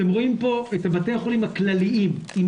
אתם רואים פה את בתי החולים הכלליים עם